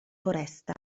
foresta